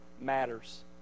matters